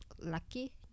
lucky